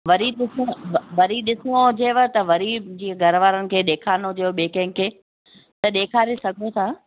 वरी ॾिसो वरी ॾिसिणो त वरी जीअं घर वारनि खे ॾेखारिणो हुजे ॿिए कंहिंखे त ॾेखारे सघो था